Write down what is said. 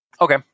Okay